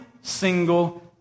single